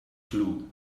clue